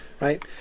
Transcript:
right